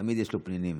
תמיד יש לו פנינים.